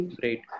Great